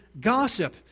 gossip